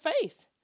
faith